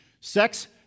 Sex